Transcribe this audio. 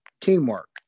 teamwork